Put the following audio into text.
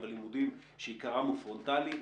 אבל לימודים שעיקרם הוא פרונטלי,